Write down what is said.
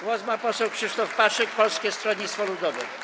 Głos ma poseł Krzysztof Paszyk, Polskie Stronnictwo Ludowe.